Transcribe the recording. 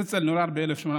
הרצל נולד ב-1860.